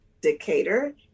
Decatur